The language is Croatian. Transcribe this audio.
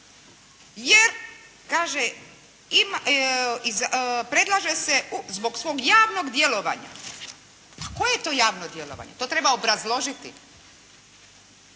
jer kaže predlaže se zbog svog javnog djelovanja. Pa koje je to javno djelovanje? To treba obrazložiti.